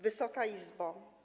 Wysoka Izbo!